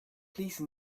please